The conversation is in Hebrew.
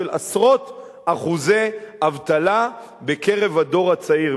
על עשרות אחוזי אבטלה בקרב הדור הצעיר.